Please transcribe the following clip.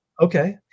okay